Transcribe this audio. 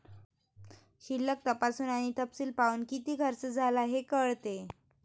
शिल्लक तपासून आणि तपशील पाहून, किती खर्च झाला हे कळते